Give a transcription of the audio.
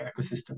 ecosystem